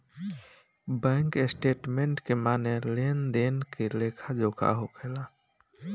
bank statement के माने लेन देन के लेखा जोखा होखेला